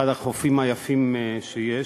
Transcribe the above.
אחד החופים היפים שיש.